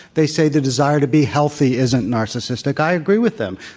they say the desire to be healthy isn't narcissistic. i agree with them.